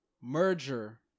merger